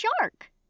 shark